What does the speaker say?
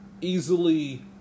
easily